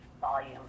volume